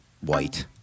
white